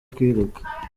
kwiruka